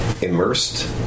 immersed